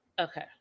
okay